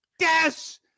Yes